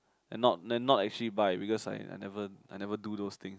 and not then not actually buy because I I never I never do those things